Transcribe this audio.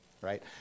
right